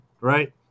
Right